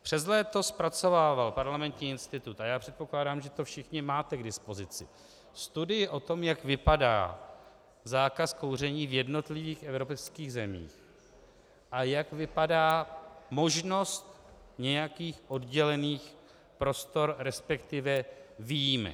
Přes léto zpracovával Parlamentní institut, a já předpokládám, že to všichni máte k dispozici, studii o tom, jak vypadá zákaz kouření v jednotlivých evropských zemích a jak vypadá možnost nějakých oddělených prostor, resp. výjimek.